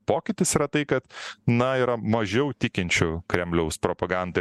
pokytis yra tai kad na yra mažiau tikinčių kremliaus propaganda